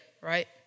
right